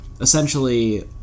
essentially